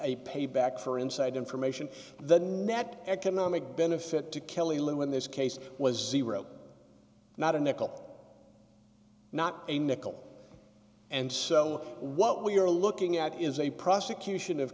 a payback for inside information the net economic benefit to kelly lou in this case was not a nickel not a nickel and so what we're looking at is a prosecution of